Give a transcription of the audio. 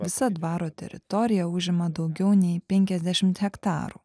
visa dvaro teritorija užima daugiau nei penkiasdešimt hektarų